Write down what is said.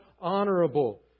honorable